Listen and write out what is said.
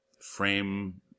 frame